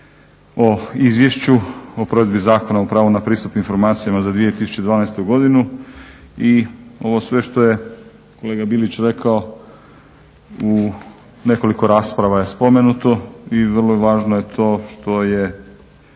o Izvješću o provedbi Zakona o pravu na pristup informacijama za 2012.i ovo sve što je kolega Bilić rekao u nekoliko rasprava je spomenuto i vrlo je važno to što je